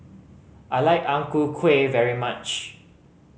I like Ang Ku Kueh very much